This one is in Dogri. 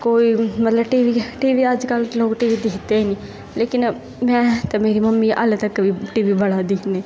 कते कोई टीवी मतलब अज्जकल ते कोई दिक्खदे गै नेईं लेकिन में ते मेरी मम्मी ऐल्ली बी टीवी बड़ा दिक्खदे